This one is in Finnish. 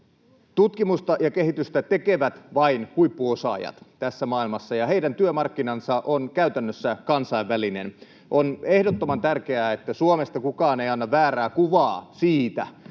Tutkimusta ja kehitystä tekevät vain huippuosaajat tässä maailmassa, ja heidän työmarkkinansa on käytännössä kansainvälinen. On ehdottoman tärkeää, että Suomesta kukaan ei anna väärää kuvaa siitä,